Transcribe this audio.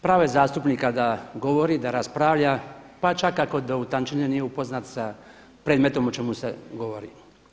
Pravo je zastupnika da govori, da raspravlja, pa čak ako u tančine nije upoznat s predmetom o čemu se govori.